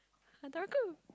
Hataraku